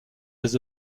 des